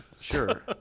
sure